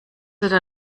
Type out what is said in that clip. oder